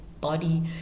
body